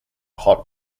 hot